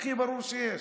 הכי ברור שיש.